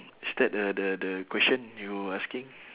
is that the the the question you asking